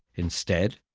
instead,